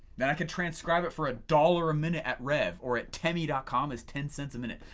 then i can transcribe it for a dollar a minute at rev or at temi dot com is ten cents a minute,